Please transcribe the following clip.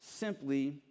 simply